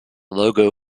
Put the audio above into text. logo